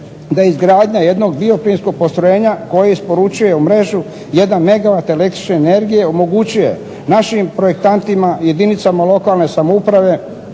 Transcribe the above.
da izgradnja jednog bioplinskog postrojenja koje isporučuje u mrežu 1 megawat električne energije omogućuje našim projektantima i jedinicama lokalne samouprave,